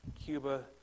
Cuba